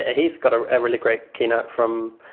ah he's got a really great keynote from